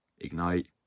Ignite